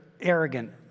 arrogant